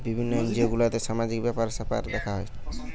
বিভিন্ন এনজিও গুলাতে সামাজিক ব্যাপার স্যাপার দেখা হয়